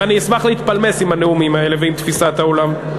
ואני אשמח להתפלמס עם הנאומים האלה ועם תפיסת העולם.